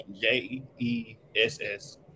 J-E-S-S